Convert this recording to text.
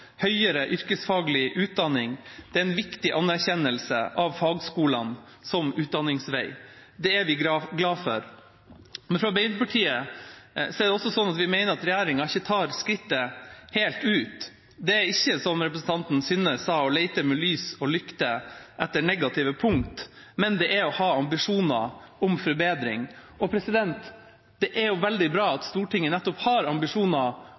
høyere yrkesfaglig utdanning, er en viktig anerkjennelse av fagskolene som utdanningsvei. Det er vi glade for. Men Arbeiderpartiet mener at regjeringa ikke tar skrittet helt ut. Det er ikke, som representanten Synnes sa, å lete med lys og lykte etter negative punkt, men det er å ha ambisjoner om forbedring. Det er veldig bra at Stortinget nettopp har ambisjoner